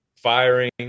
firing